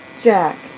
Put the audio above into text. Jack